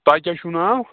تۄہہِ کیٛاہ چھُو ناو